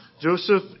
Joseph